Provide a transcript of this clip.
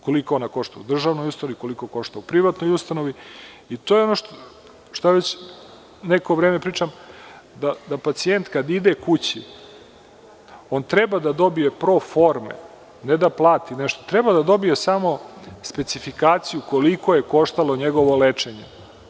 Koliko ona košta u državnoj ustanovi, koliko košta u privatnoj ustanovi i to je ono što ja već neko vreme pričam, da pacijent kada ide kući treba da dobije proforme, ne da plati nešto, treba da dobije samo specifikaciju koliko je koštalo njegovo lečenje.